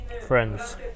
friends